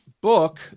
book